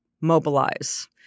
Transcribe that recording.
mobilize